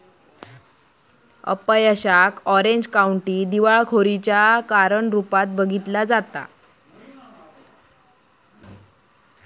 अपयशाक Orange County दिवाळखोरीच्या कारण रूपात बघितला जाता